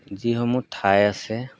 যিসমূহ ঠাই আছে